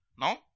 No